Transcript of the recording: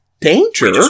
Danger